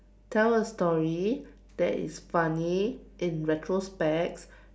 tell a story that is funny in retrospect